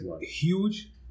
huge